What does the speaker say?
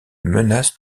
menaces